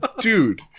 Dude